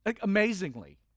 Amazingly